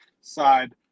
side